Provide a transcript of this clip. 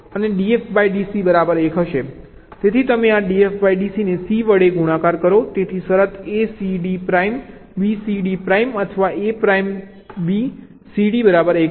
તેથી તમે આ dF dC ને C વડે ગુણાકાર કરો તેથી શરત ACD પ્રાઇમ BCD પ્રાઇમ અથવા A prime B prime C D બરાબર 1 છે